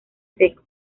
seco